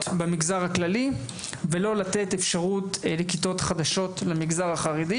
במגזר הכללי ולא לתת אפשרות לכיתות חדשות למגזר החרדי,